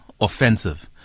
offensive